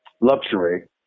luxury